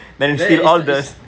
that it's not it's